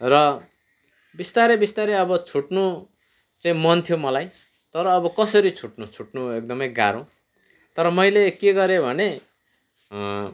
र बिस्तारै बिस्तारै अब छुट्नु चाहिँ मन थियो मलाई तर अब कसरी छुट्नु छुट्नु एकदमै गाह्रो तर मैले के गरेँ भने